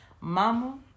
Mama